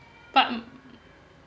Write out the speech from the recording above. but